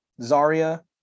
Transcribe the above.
Zarya